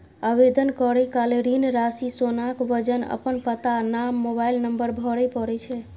आवेदन करै काल ऋण राशि, सोनाक वजन, अपन पता, नाम, मोबाइल नंबर भरय पड़ै छै